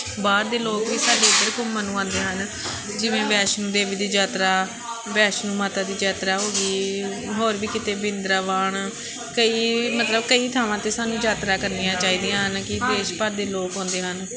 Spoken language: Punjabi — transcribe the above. ਬਾਹਰ ਦੇ ਲੋਕ ਵੀ ਸਾਡੇ ਇੱਧਰ ਘੁੰਮਣ ਨੂੰ ਆਉਂਦੇ ਹਨ ਜਿਵੇਂ ਵੈਸ਼ਨੋ ਦੇਵੀ ਦੀ ਯਾਤਰਾ ਵੈਸ਼ਨੋ ਮਾਤਾ ਦੀ ਯਾਤਰਾ ਹੋ ਗਈ ਹੋਰ ਵੀ ਕਿਤੇ ਬਰਿੰਦਾਵਨ ਕਈ ਮਤਲਬ ਕਈ ਥਾਵਾਂ 'ਤੇ ਸਾਨੂੰ ਯਾਤਰਾ ਕਰਨੀਆਂ ਚਾਹੀਦੀਆਂ ਹਨ ਕਿ ਦੇਸ਼ ਭਰ ਦੇ ਲੋਕ ਆਉਂਦੇ ਹਨ